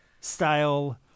style